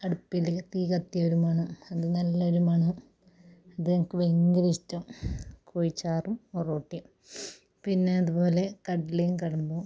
അടുപ്പിൽ തീ കത്തിയൊരു മണം അത് നല്ലൊരു മണം അത് എനിക്ക് ഭയങ്കര ഇഷ്ടമാണ് കോഴിച്ചാറും ഒറോട്ടിയും പിന്നെ അതുപോലെ കട്കലേം കടമ്പൂ